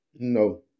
No